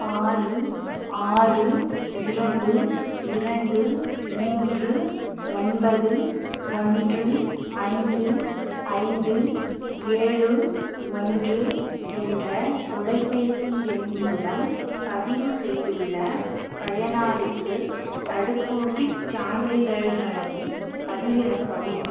ஆறு ஆறு இரண்டு இரண்டு மூன்று ஒன்பது ஒன்று ஐந்து ஐந்து ஏழு ஒன்று என்ற தொலைபேசி எண் மூலம் பதிவு செய்துள்ள பயனாளிக்கு தடுப்பூசிச் சான்றிதழ்களைப் பதிவிறக்கவும்